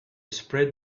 spread